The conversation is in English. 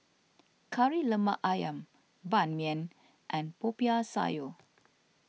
Kari Lemak Ayam Ban Mian and Popiah Sayur